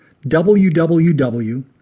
www